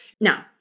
Now